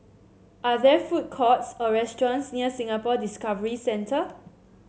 are there food courts or restaurants near Singapore Discovery Centre